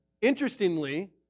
interestingly